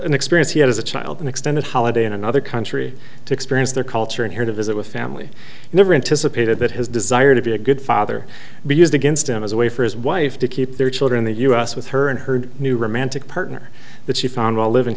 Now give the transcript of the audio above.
an experience he had as a child an extended holiday in another country to experience their culture and here to visit with family never anticipated that his desire to be a good father be used against him as a way for his wife to keep their children the u s with her and her new romantic partner that she found while living